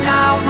Now